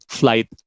flight